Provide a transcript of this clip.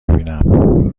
بینم